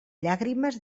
llàgrimes